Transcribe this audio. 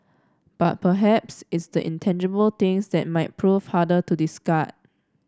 but perhaps it's the intangible things that might prove harder to discard